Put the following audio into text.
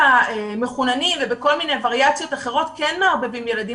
ובמחוננים ובכל מיני וריאציות אחרות כן מערבבים ילדים